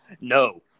No